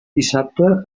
dissabte